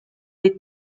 les